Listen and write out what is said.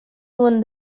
nuen